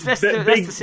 Big